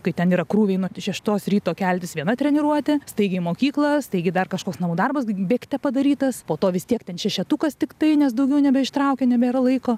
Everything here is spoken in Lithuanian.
kai ten yra krūviai nuo šeštos ryto keltis viena treniruotė staigiai į mokyklą staigiai dar kažkoks namų darbas bėgte padarytas po to vis tiek ten šešetukas tiktai nes daugiau nebeištraukia nebėra laiko